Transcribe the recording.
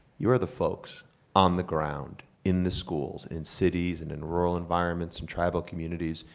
you are the folks on the ground in the schools, in cities, and in rural environments, in tribal communities,